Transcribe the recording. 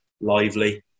lively